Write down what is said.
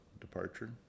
departure